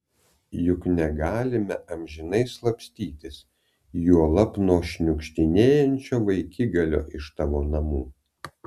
juk negalime amžinai slapstytis juolab nuo šniukštinėjančio vaikigalio iš tavo namų